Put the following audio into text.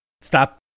stop